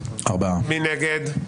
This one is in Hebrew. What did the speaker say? מי נגד?